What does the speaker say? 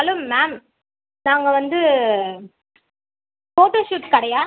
hello ma'am நாங்கள் வந்து photoshoot கடையா